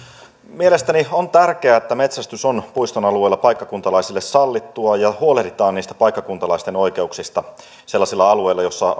mielestäni on tärkeää että metsästys on puiston alueella paikkakuntalaisille sallittua ja huolehditaan niistä paikkakuntalaisten oikeuksista sellaisilla alueilla joissa